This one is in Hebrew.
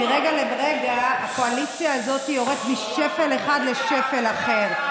אני רוצה להגיד לכם שמרגע לרגע הקואליציה הזאת יורדת משפל אחד לשפל אחר.